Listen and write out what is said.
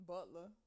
Butler